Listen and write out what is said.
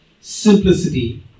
simplicity